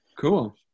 Cool